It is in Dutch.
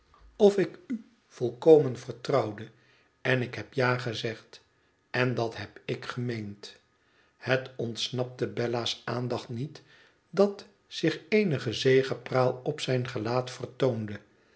of ik u volkomen vertrouwde en ik heb ja gezegd en dat heb ik gemeend het ontsnapte bella's aandacht niet dat zich eenige zegepraal op zijn gelaat vertoonde